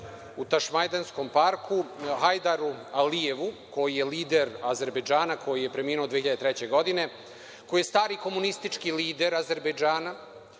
u Tašmajdanskom parku Hajdaru Alijevu koji je lider Azerbejdžana koji je preminuo 2003. godine, koji je stari komunistički lider Azerbejdžana,